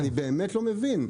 אני באמת לא מבין.